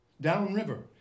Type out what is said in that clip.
Downriver